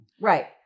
Right